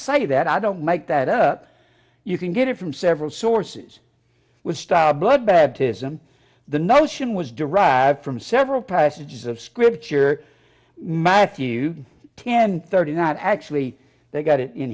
say that i don't make that up you can get it from several sources with style bloodbath tism the notion was derived from several passages of scripture matthew ten thirty not actually they've got it in